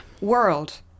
world